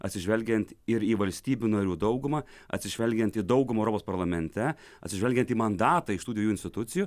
atsižvelgiant ir į valstybių narių daugumą atsižvelgiant į daugumą europos parlamente atsižvelgiant į mandatą iš tų dviejų institucijų